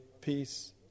peace